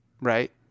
right